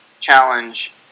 challenge